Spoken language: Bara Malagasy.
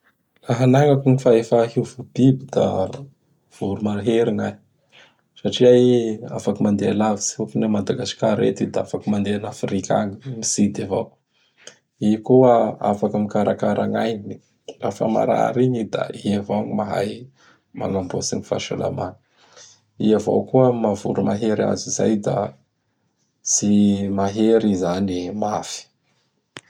La hanagnako gny fahefa hiova biby da Voromahery gnahy. Satria i afaky mandeha lavitsy hôkny a Madagasikara eto i da afaky mandeha an'Afrika agny mitsidy avao. I koa afaky mikarakara gn'ainy. Lafa marary igny i da i avao gny mahay magnamboatsy gny fahasalamany. I avao koa am maha Voromahery azy zay da tsy mahery i zany mafy.